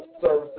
Services